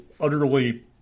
utterly